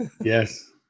Yes